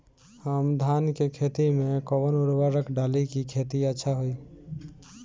हम धान के खेत में कवन उर्वरक डाली कि खेती अच्छा होई?